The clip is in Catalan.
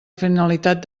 finalitat